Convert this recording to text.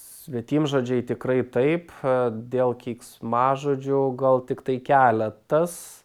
svetimžodžiai tikrai taip dėl keiksmažodžių gal tiktai keletas